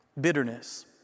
Bitterness